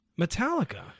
Metallica